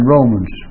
Romans